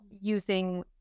using